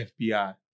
FBI